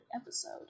episode